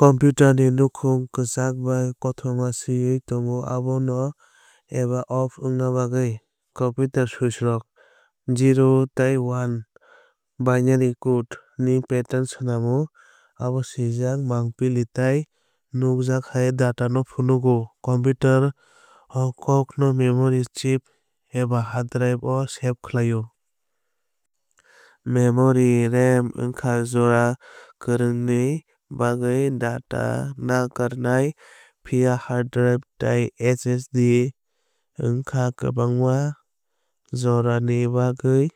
computer ni nokhong kwchak bai koktwma swngwi tongo abo on eba off wngna bagwui. O switch rok 0s tei 1s binary code ni pattern swnam o abo swijak mangpili tei nukjak hai data no phunukgo. Computer oh kok no memory chips eba hard drive o save khaio. Memory RAM wngkha jora kwrwini bagwi data narwknai phiya hard drive tei SSD wngkha kwbangma jorani bagwi